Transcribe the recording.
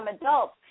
adults